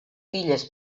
filles